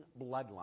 bloodline